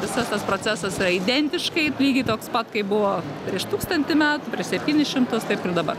visas tas procesas yra identiškai lygiai toks pat kaip buvo prieš tūkstantį metų prieš septynis šimtus taip ir dabar